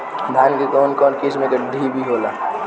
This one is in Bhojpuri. धान में कउन कउन किस्म के डिभी होला?